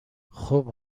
خوب